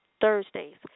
Thursdays